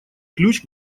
ключ